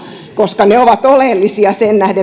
koska ne ovat oleellisia